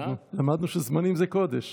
למדנו שזמנים זה קודש.